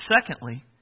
Secondly